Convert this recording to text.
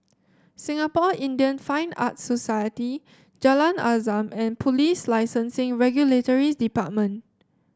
Singapore Indian Fine Arts Society Jalan Azam and Police Licensing and Regulatory Department